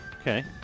Okay